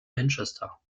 manchester